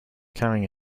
carrying